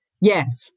Yes